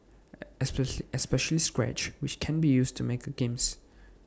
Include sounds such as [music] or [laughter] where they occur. [unintelligible] especially scratch which can be used to make games